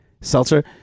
Seltzer